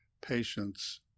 patients